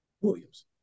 Williams